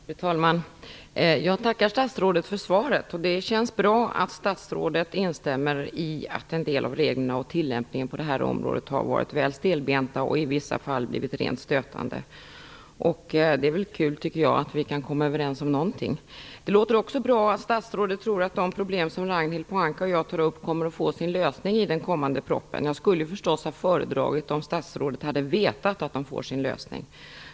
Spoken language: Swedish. Fru talman! Jag tackar statsrådet för svaret. Det känns bra att statsrådet instämmer i att en del av reglerna och tillämpningarna på området har varit väl stelbenta och i vissa fall rent stötande. Det är väl kul att vi kan vara överens om någonting. Det låter också bra att statsrådet tror att de problem som Ragnhild Pohanka och jag tar upp kommer att få sin lösning i den kommande propositionen. Jag skulle förstås ha föredragit att statsrådet hade vetat att problemen får sin lösning.